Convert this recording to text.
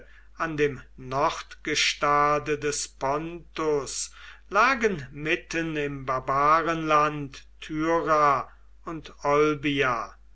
an dem nordgestade des pontus lagen mitten im barbarenland und olbia